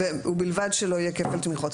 ובלבד שלא יהיה כפל תמיכות.